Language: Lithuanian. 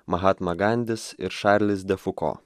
mahatma gandis ir šarlis de fuko